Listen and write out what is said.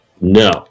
no